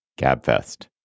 gabfest